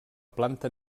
planta